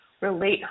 relate